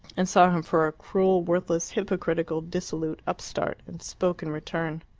and saw him for a cruel, worthless, hypocritical, dissolute upstart, and spoke in return.